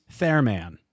Fairman